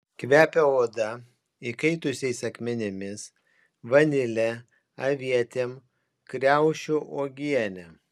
kvepia oda įkaitusiais akmenimis vanile avietėm kriaušių uogiene